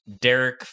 Derek